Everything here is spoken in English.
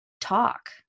talk